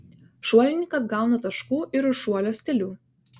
šuolininkas gauna taškų ir už šuolio stilių